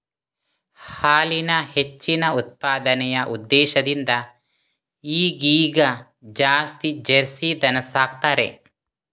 ಹಾಲಿನ ಹೆಚ್ಚಿನ ಉತ್ಪಾದನೆಯ ಉದ್ದೇಶದಿಂದ ಈಗೀಗ ಜಾಸ್ತಿ ಜರ್ಸಿ ದನ ಸಾಕ್ತಾರೆ